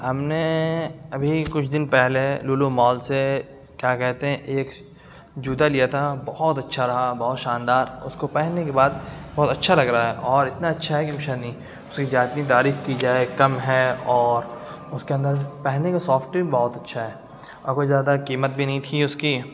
ہم نے ابھی کچھ دن پہلے لولو مال سے کیا کہتے ہیں ایک جوتا لیا تھا بہت اچھا رہا بہت شاندار اس کو پہننے کے بعد بہت اچھا لگ رہا ہے اور اتنا اچھا ہے کہ کچھ حد نہیں اس کی جتنی تعریف کی جائے کم ہے اور اس کے اندر پہننے کے سافٹ بھی بہت اچھا ہے اور بہت زیادہ قیمت بھی نہیں تھی اس کی